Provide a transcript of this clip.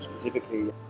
specifically